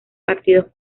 partidos